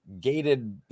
gated